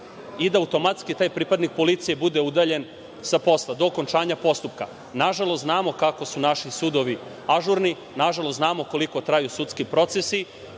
i da automatski taj pripadnik policije bude udaljen sa posla do okončanja postupka. Nažalost, znamo kako su naši sudovi ažurni. Nažalost, znamo koliko traju sudski procesi